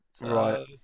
Right